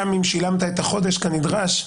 גם אם שילמת את החודש כנדרש,